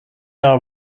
are